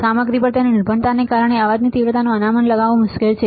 સામગ્રી પર તેની નિર્ભરતાને કારણે અવાજની તીવ્રતાનું અનુમાન લગાવવું મુશ્કેલ છે